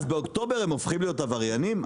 אז באוקטובר הם הופכים להיות עבריינים?